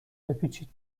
بپیچید